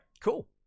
Cool